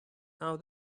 now